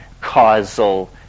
causal